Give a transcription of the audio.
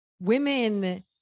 Women